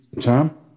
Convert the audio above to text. Tom